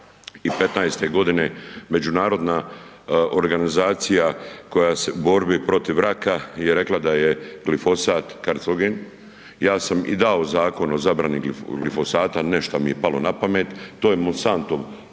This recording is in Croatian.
2015. međunarodna organizacija koja se, u borbi protiv raka je rekla da je glifosat karcogen, ja sam i dao zakon o zabrani glifosata ne šta mi je palo napamet, to je Monsantov